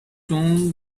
torn